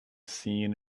seen